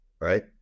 right